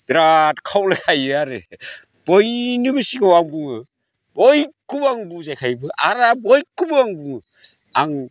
बिराद खावलायो आरो बयनिबो सिगाङाव आं बुङो बयखौबो आं बुजायखायो आरो बयखौबो आं बुङो आं